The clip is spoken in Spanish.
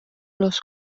los